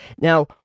Now